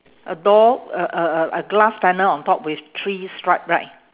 a door a a a a glass panel on top with three stripe right